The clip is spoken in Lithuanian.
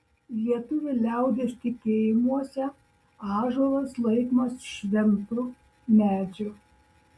lietuvių liaudies tikėjimuose ąžuolas laikomas šventu medžiu